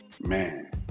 man